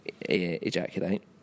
ejaculate